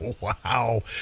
Wow